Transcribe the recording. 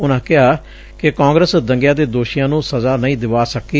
ਉਨਾਂ ਕਿਹਾ ਕਿ ਕਾਂਗਰਸ ਦੰਗਿਆਂ ਦੇ ਦੋਸ਼ੀਆਂ ਨੂੰ ਸਜ਼ਾ ਨਹੀਂ ਦਿਵਾ ਸਕੀ